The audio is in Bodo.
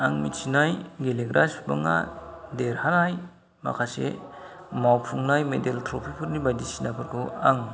आं मिन्थिनाय गेलेग्रा सुबुङा देरहानाय माखासे मावफुंनाय मेदेल ट्र्फिफोरनि बायदिसिनाफोरखौ आं